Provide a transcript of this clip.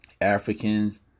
Africans